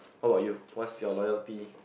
how about you what's your loyalty